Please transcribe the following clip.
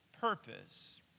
purpose